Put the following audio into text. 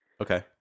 Okay